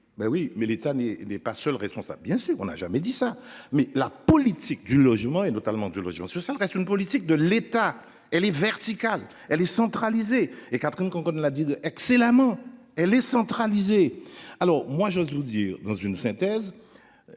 oui mais l'État n'est né. Pas seule responsable, bien sûr on a jamais dit ça. Mais la politique du logement et notamment de l'audience. Ça reste une politique de l'État elle est verticale, elle est centralisé et Catherine qu'on qu'on ne l'a dit excellemment. Elle est centralisé. Alors moi j'ose vous dire dans une synthèse.